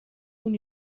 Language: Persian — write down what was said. اون